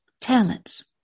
talents